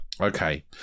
Okay